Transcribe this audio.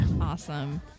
Awesome